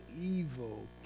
evil